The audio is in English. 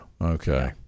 Okay